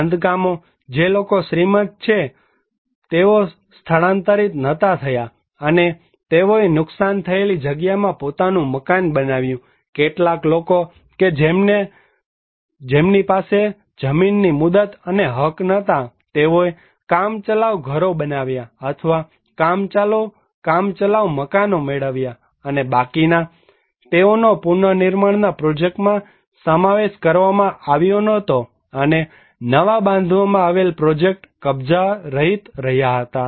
બાંધકામોજે લોકો શ્રીમંત છે તેઓ સ્થાનાંતરિત ન થયા અને તેઓએ નુકસાન થયેલી જગ્યામાં પોતાનું મકાન બનાવ્યું કેટલાક લોકો કે જેમની પાસે જમીનની મુદત અને હક નહોતા તેઓએ કામચલાઉ ઘરો બનાવ્યા અથવા કામચલાઉ મકાનો મેળવ્યા અને બાકીના તેઓનો પુનર્નિર્માણ ના પ્રોજેક્ટમાં સમાવેશ કરવામાં આવ્યો નહોતો અને નવા બાંધવામાં આવેલ પ્રોજેક્ટ કબજા રહિત રહ્યા હતા